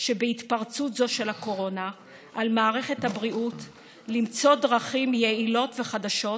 שבהתפרצות זו של הקורונה על מערכת הבריאות למצוא דרכים יעילות וחדשות